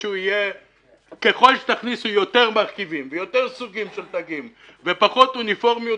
ככל שתכניסו יותר מרכיבים ויותר סוגים של תגים ופחות אוניפורמיות,